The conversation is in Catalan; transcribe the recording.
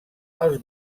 els